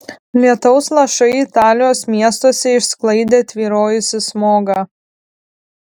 lietaus lašai italijos miestuose išsklaidė tvyrojusį smogą